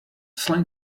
slang